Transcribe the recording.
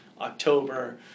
October